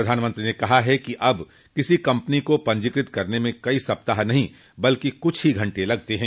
प्रधानमंत्री ने कहा है कि अब किसी कंपनी को पंजीकृत करने में कई सप्ताह नहीं बल्कि कुछ ही घंटे लगते हैं